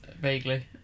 Vaguely